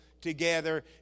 together